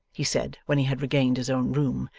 he said when he had regained his own room,